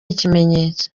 ikimenyetso